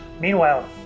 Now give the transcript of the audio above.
Meanwhile